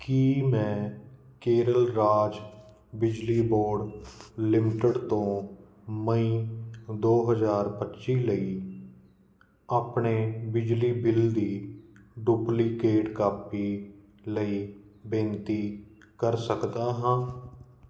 ਕੀ ਮੈਂ ਕੇਰਲ ਰਾਜ ਬਿਜਲੀ ਬੋਰਡ ਲਿਮਟਿਡ ਤੋਂ ਮਈ ਦੋ ਹਜ਼ਾਰ ਪੱਚੀ ਲਈ ਆਪਣੇ ਬਿਜਲੀ ਬਿੱਲ ਦੀ ਡੁਪਲੀਕੇਟ ਕਾਪੀ ਲਈ ਬੇਨਤੀ ਕਰ ਸਕਦਾ ਹਾਂ